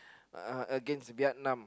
uh against Vietnam